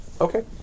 Okay